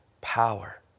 power